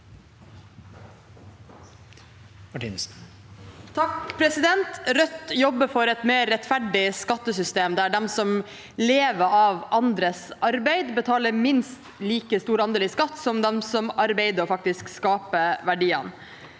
(R) Rødt job- ber for et mer rettferdig skattesystem der de som lever av andres arbeid, betaler minst like stor andel i skatt som de som arbeider og faktisk skaper verdiene.